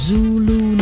，Zulu